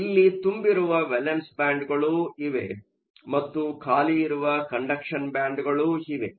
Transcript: ಇಲ್ಲಿ ತುಂಬಿರುವ ವೇಲೆನ್ಸ್ ಬ್ಯಾಂಡ್ಗಳು ಇವೆ ಮತ್ತು ಖಾಲಿ ಇರುವ ಕಂಡಕ್ಷನ್ ಬ್ಯಾಂಡ್ಗಳು ಇವೆ